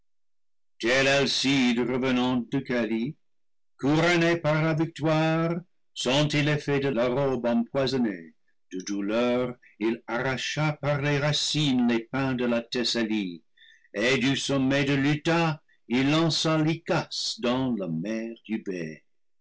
revenant d'oechalie couronné par la victoire sentit l'effet de la robe empoisonnée de douleur il arracha par les racines les pins de la thessalie et du sommet de l'oeta il lança lycas dans la mer d'eubée